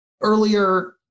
earlier